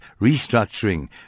restructuring